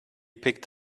picked